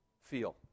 feel